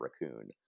Raccoon